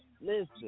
Listen